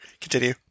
Continue